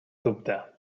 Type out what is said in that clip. dubte